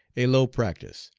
a low practice,